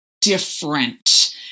different